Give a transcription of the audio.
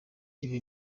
ibi